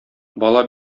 бала